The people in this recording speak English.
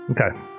Okay